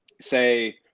say